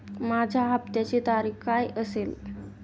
माझ्या हप्त्याची तारीख काय असेल?